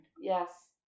Yes